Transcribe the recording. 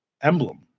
emblem